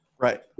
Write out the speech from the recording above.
right